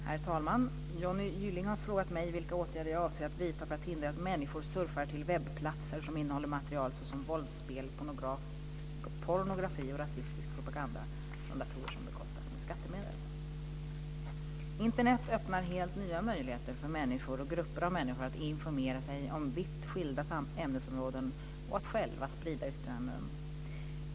Herr talman! Johnny Gylling har frågat mig vilka åtgärder jag avser att vidta för att hindra att människor surfar till webbplatser som innehåller material såsom våldsspel, pornografi och rasistisk propaganda från datorer som bekostas med skattemedel. Internet öppnar helt nya möjligheter för människor och grupper av människor att informera sig om vitt skilda ämnesområden och att själva sprida yttranden.